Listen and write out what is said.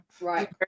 Right